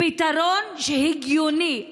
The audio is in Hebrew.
פתרון הגיוני.